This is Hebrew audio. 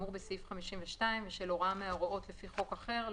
הפרהכאמור בסעיף 52 ושל הוראה מההוראות לפי חוק אחר,